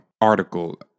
article